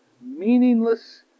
meaningless